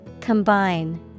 Combine